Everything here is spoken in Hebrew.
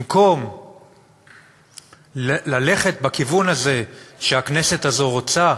במקום ללכת בכיוון הזה, שהכנסת רוצה,